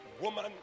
woman